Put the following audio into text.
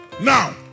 Now